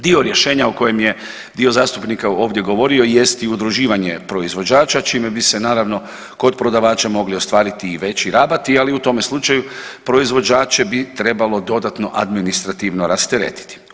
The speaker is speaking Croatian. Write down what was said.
Dio rješenja o kojem je dio zastupnika ovdje govorio jest i udruživanje proizvođača čime bi se naravno kod prodavača mogli ostvariti i veći rabati, ali u tome slučaju proizvođače bi trebalo dodatno administrativno rasteretiti.